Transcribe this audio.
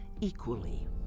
equally